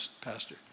Pastor